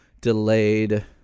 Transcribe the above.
delayed